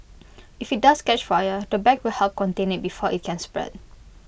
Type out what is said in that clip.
if IT does catch fire the bag will help contain IT before IT can spread